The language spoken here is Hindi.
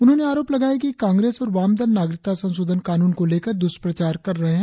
उन्होंने आरोप लगाया कि कांग्रेस और वामदल नागरिकता संशोधन कानून को लेकर दुष्प्रचार कर रहे है